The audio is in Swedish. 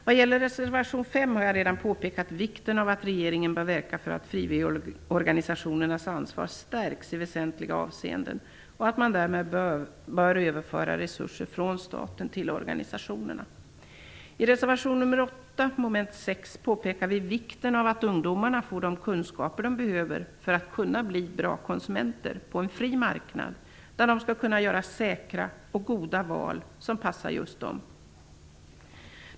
Vad gäller reservation 5 har jag redan påpekat vikten av att regeringen bör verka för att frivilligorganisationernas ansvar stärks i väsentliga avseenden och att man därmed bör överföra resurser från staten till organisationerna. I reservation nr 8 påpekar vi vikten av att ungdomar får de kunskaper de behöver för att kunna bli bra konsumenter på en fri marknad, där de skall kunna göra säkra och goda val som passar just dem.